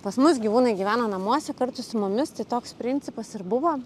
pas mus gyvūnai gyvena namuose kartu su mumis tai toks principas ir buvo